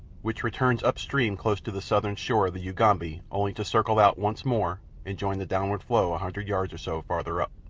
which returns up-stream close to the southern shore of the ugambi only to circle out once more and join the downward flow a hundred yards or so farther up.